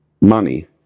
money